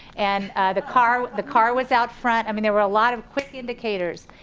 and the car the car was out front, i mean there were a lot of quick indicators,